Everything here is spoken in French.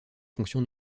fonction